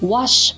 Wash